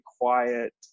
quiet